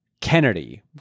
Kennedy